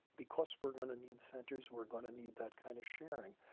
because we're going to need centers, we're going to need that kind of sharing.